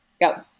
go